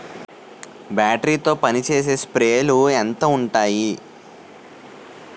Battery తో పనిచేసే స్ప్రేలు ఎంత ఉంటాయి?